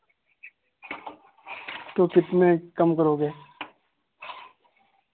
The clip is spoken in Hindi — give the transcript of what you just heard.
तो कितने कम करोगे